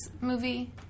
movie